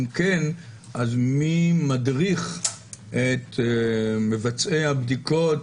אם כן, מי מדריך את מבצעי הבדיקות